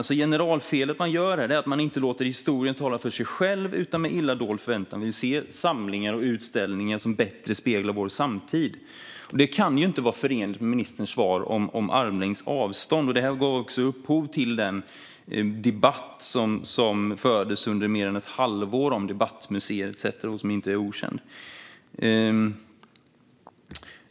Det generalfel man gör här är att man inte låter historien tala för sig själv, utan att man med illa dold förväntan vill se samlingar och utställningar som bättre speglar vår samtid. Det kan inte vara förenligt med ministerns svar om armlängds avstånd. Detta gav också upphov till den diskussion om debattmuseer etcetera som fördes under mer än ett halvår och som inte är okänd.